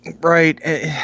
Right